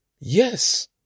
Yes